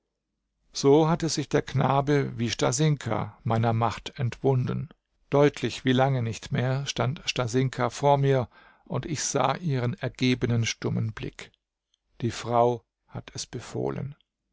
so hatte sich der knabe wie stasinka meiner macht entwunden deutlich wie lange nicht mehr stand stasinka vor mir und ich sah ihren ergebenen stummen blick die frau hat es befohlen